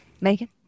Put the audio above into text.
Megan